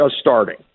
starting